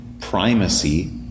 primacy